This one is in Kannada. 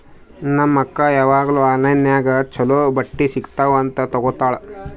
ನಮ್ ಅಕ್ಕಾ ಯಾವಾಗ್ನೂ ಆನ್ಲೈನ್ ನಾಗೆ ಛಲೋ ಬಟ್ಟಿ ಸಿಗ್ತಾವ್ ಅಂತ್ ತಗೋತ್ತಾಳ್